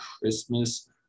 Christmas